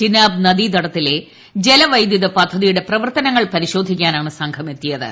ചിനാബ് നദീതടത്തിലെ ജലവൈദ്യുത പദ്ധതിയുടെ പ്രവർത്തനങ്ങൾ പരിശോധിക്കാനാണ് സംഘം എത്തിയത്